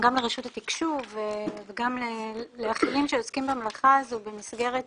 לרשות התקשוב וגם לאחרים שעוסקים במלאכה הזו במסגרת